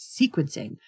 sequencing